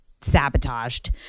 sabotaged